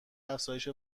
افزایش